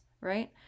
right